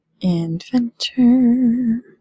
Inventor